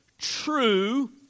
True